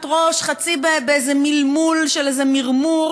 ראש חצי באיזה מלמול של איזה מרמור,